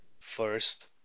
first